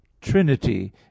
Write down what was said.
Trinity